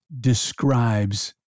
describes